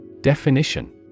Definition